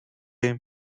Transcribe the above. him